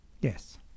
Yes